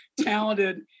talented